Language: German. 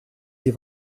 sie